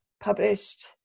published